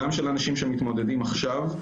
גם של אנשים שמתמודדים עכשיו,